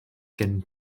gen